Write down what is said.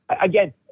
again